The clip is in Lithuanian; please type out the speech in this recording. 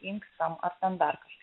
inkstams standartiškai